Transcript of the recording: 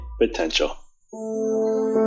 potential